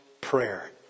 prayer